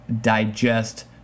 digest